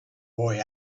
boy